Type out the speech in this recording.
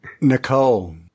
Nicole